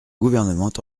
gouvernement